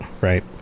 right